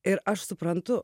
ir aš suprantu